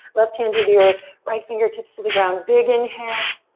left hand to the earth, right fingertips to the ground, big inhale.